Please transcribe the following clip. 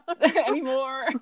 Anymore